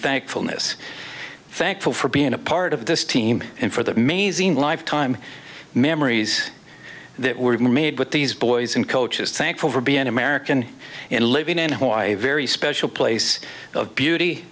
thankfulness thankful for being a part of this team and for that mazing lifetime memories that were made with these boys and coaches thankful for being an american and living in hawaii very special place of beauty